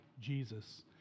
Jesus